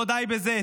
לא די בזה,